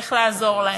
ילך לעזור להם,